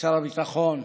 ושר הביטחון,